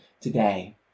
today